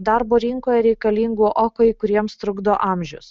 darbo rinkoje reikalingų o kai kuriems trukdo amžius